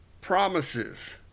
promises